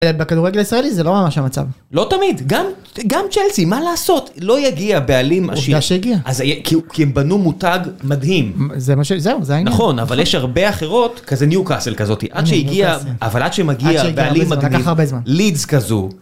בכדורגל הישראלי זה לא ממש המצב לא תמיד גם גם צ'לסי מה לעשות לא יגיע בעלים אז היה כאילו כי הם בנו מותג מדהים זה מה שזה נכון אבל יש הרבה אחרות כזה ניו קאסל כזאתי עד שהגיע אבל עד שמגיע בעלים מדהים לידס כזו.